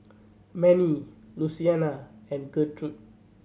Mannie Luciana and Gertrude